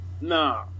nah